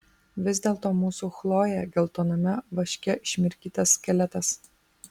vis dėlto mūsų chlojė geltoname vaške išmirkytas skeletas